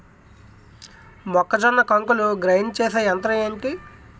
మొక్కజొన్న కంకులు గ్రైండ్ చేసే యంత్రం ఏంటి?